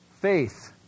Faith